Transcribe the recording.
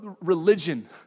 religion